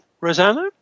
Rosanna